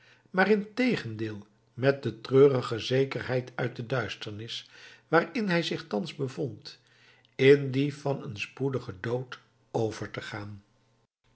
maar integendeel met de treurige zekerheid uit de duisternis waarin hij zich thans bevond in die van een spoedigen dood over te gaan